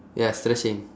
yes stretching